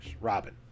Robin